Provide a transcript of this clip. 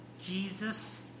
Jesus